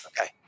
Okay